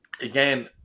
again